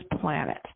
planet